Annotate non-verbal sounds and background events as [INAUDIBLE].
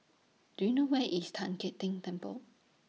Do YOU know Where IS Tan [UNINTELLIGIBLE] Keng Temple